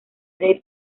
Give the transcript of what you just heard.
del